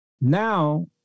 now